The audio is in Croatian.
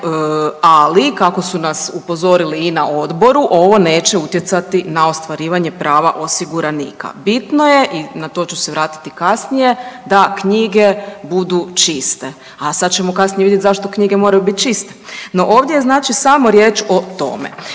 ali, kako su nas upozorili i na odboru, ovo neće utjecati na ostvarivanje prava osiguranika. Bitno je i na to ću se vratiti kasnije da knjige budu čiste, a sad ćemo kasnije vidjeti zašto knjige moraju biti čiste. No, ovdje je znači samo riječ o tome.